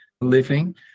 living